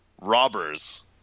robbers